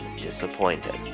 disappointed